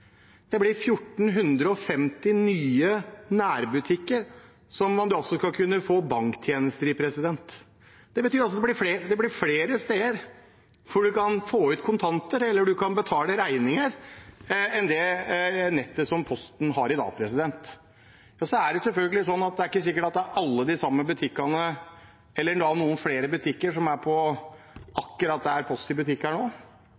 Det blir 1 450 nye nærbutikker som man skal kunne få banktjenester i. Det betyr at det blir flere steder hvor man kan få ut kontanter eller betale regninger, enn det nettet som Posten har i dag. Så er det selvfølgelig ikke sikkert at det er alle de samme butikkene, eller noen flere butikker, som akkurat nå har Post i butikk, men det betyr at man kommer mye, mye lenger. I denne salen sitter alle partiene og er